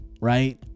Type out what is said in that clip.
Right